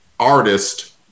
artist